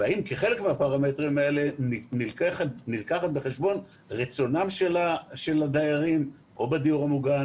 והאם כחלק מהפרמטרים האלה נלקחת בחשבון רצונם של הדיירים או בדיור המוגן